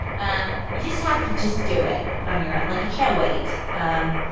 um you just have to just do it on your own. like, you can't wait. and